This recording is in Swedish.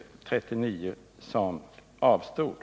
Röstsiff